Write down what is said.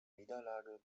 niederlage